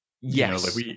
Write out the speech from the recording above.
Yes